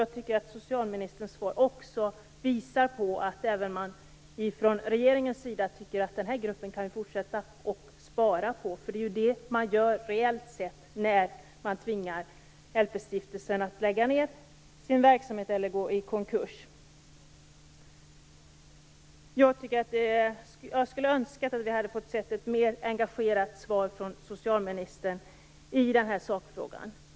Jag tycker att socialministerns svar också visar att man från regeringens sida tycker att den här gruppen kan man fortsätta att spara på. Det är vad man reellt gör när man tvingar LP-stiftelsen att lägga ned sin verksamhet eller gå i konkurs. Jag skulle önska att vi hade fått se ett mera engagerat svar från socialministern i sakfrågan.